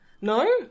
No